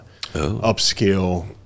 upscale